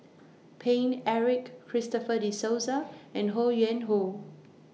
Paine Eric Christopher De Souza and Ho Yuen Hoe